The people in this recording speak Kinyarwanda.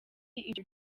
ibyo